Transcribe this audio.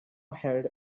held